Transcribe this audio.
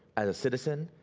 as a citizen.